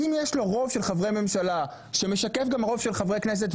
אם יש לו רוב של חברי ממשלה שמשקף גם רוב של חברי כנסת,